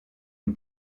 une